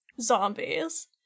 zombies